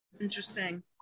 Interesting